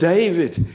David